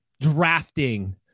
drafting